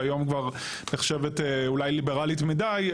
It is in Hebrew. שהיום כבר נחשבת אולי ליברלית מידי,